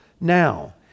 Now